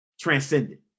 transcendent